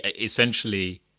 essentially